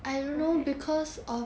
right